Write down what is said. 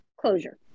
closure